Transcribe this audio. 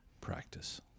practice